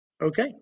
Okay